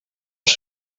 els